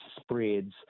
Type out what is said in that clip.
spreads